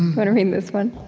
but to read this one?